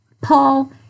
Paul